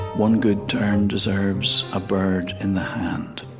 one good turn deserves a bird in the hand.